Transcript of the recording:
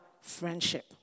friendship